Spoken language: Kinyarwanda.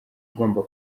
ugomba